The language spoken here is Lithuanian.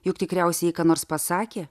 juk tikriausiai ji ką nors pasakė